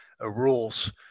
rules